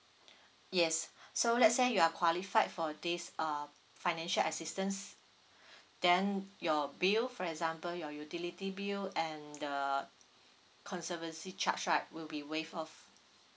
yes so let's say you are qualified for this uh financial assistance then your bill for example your utility bill and the uh conservancy charge right will be waived off